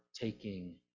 taking